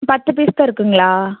பத்து பீஸ் தான் இருக்கும்களா